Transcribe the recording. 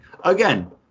Again